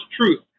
truth